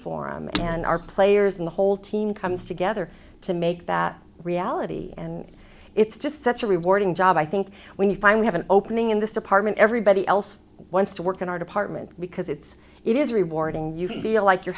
forum and our players and the whole team comes together to make that reality and it's just such a rewarding job i think when you finally have an opening in this department everybody else wants to work in our department because it's it is rewarding you can feel like you're